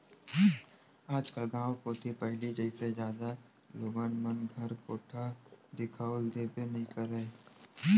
आजकल गाँव कोती पहिली जइसे जादा लोगन मन घर कोठा दिखउल देबे नइ करय